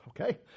Okay